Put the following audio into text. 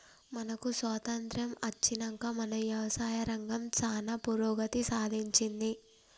మనకు స్వాతంత్య్రం అచ్చినంక మన యవసాయ రంగం సానా పురోగతి సాధించింది